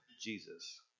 Jesus